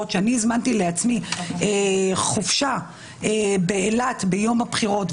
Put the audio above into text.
שהזמנתי לעצמי חופשה באילת ביום הבחירות,